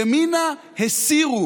ימינה הסירו